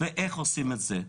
איך עושים את זה?